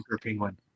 Penguin